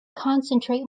concentrate